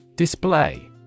Display